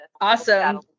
awesome